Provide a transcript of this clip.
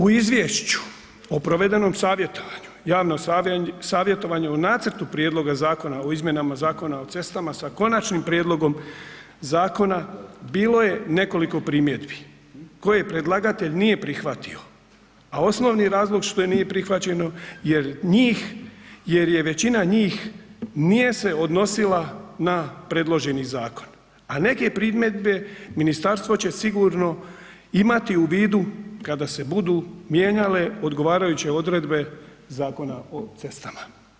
U izvješću o provedenom savjetovanju, javno savjetovanje u Nacrtu prijedloga zakona o izmjenama Zakona o cestama, s Konačnim prijedloga zakona bilo je nekoliko primjedbi koje predlagatelj nije prihvatio, a osnovni razlog što nije prihvaćeno jer se većina njih nije odnosila na predloženi zakon, a neke primjedbe ministarstvo će sigurno imati u vidu kada se budu mijenjale odgovarajuće odredbe Zakona o cestama.